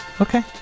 Okay